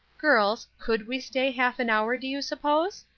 girls, could we stay half an hour, do you suppose?